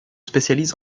spécialise